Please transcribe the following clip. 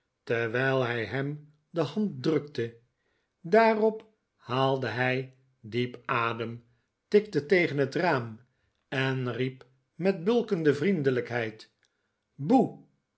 terwijl hij hem de hand drukte daarop haalde hij diep adem tikte tegen het raam en riep met bulkende vriendelijkheid boe